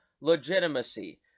legitimacy